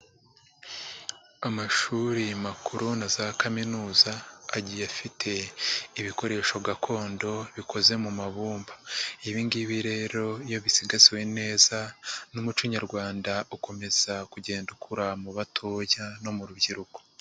Amashuri makuru na za kaminuza, agiye afite ibikoresho gakondo, bikoze mu mabumba. Ibi ngibi rero iyo bisigasiwe neza n'umuco nyarwanda ukomeza kugenda ukura mu batoya no mu rubyiruko.